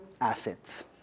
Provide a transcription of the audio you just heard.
assets